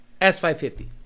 S550